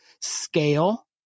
scale